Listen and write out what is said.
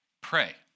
pray